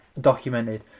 documented